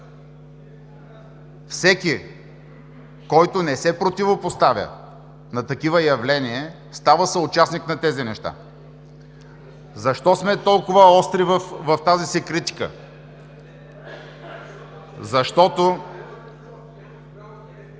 Всеки, който не се противопоставя на такива явления, става съучастник на тези неща. Защо сме толкова остри в тази си критика? Защото